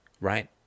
Right